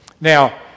now